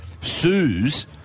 sues